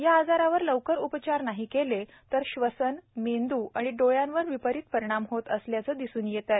या आजारावर लवकर उपचार नाही केले तर श्वसन मेंदुआणि डोळ्यांवर विपरीत परिणाम होत असल्याचं दिसून येतंय